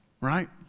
right